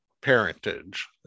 parentage